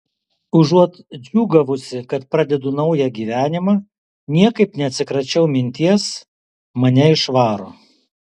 užuot džiūgavusi kad pradedu naują gyvenimą niekaip neatsikračiau minties mane išvaro